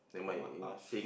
Mohamad Ash~